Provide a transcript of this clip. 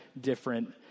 different